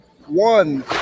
One